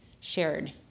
shared